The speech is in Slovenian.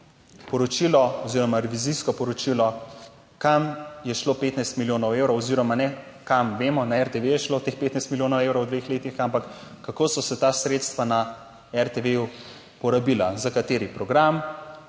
oziroma revizijsko poročilo, kam je šlo 15 milijonov evrov oziroma ne kam gremo, na RTV je šlo teh 15 milijonov evrov v dveh letih, ampak kako so se ta sredstva na RTV porabila, za kateri program?